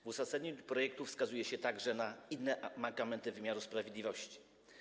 W uzasadnieniu projektu wskazuje się także na inne mankamenty wymiaru sprawiedliwości.